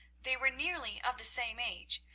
they were nearly of the same age,